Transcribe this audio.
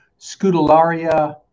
Scutellaria